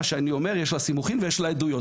שאני אומר יש לה סימוכין ויש לה עדויות.